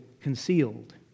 concealed